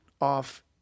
off